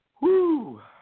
Woo